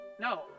No